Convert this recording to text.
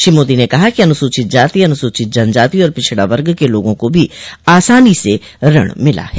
श्री मोदी ने कहा कि अनुसूचित जाति अनुसूचित जनजाति और पिछड़ा वर्ग के लोगों को भी आसानी से ऋण मिला है